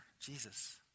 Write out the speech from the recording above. Jesus